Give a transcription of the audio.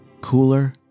cooler